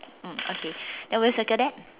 mm okay then we'll circle that